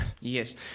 yes